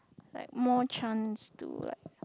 like more chance to like